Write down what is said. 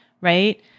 right